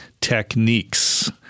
Techniques